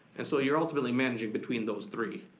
and so you're ultimately managing between those three.